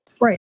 Right